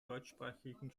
deutschsprachigen